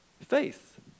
faith